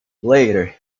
later